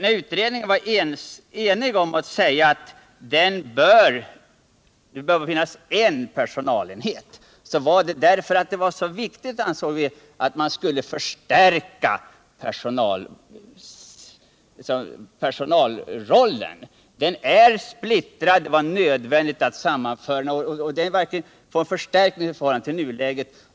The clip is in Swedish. När utredningen var enig om att det bör finnas en sammanhållen personalenhet berodde det på att vi ansåg att det var mycket viktigt att förstärka personalfunktionen. Den är i dag splittrad. Det är angeläget att sammanföra olika enheter och verkligen få en förstärkning i förhållande till nuläget.